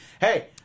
hey